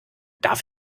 darf